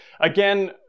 again